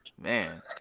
man